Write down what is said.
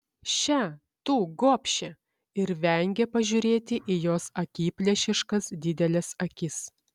še tu gobše ir vengė pažiūrėti į jos akiplėšiškas dideles akis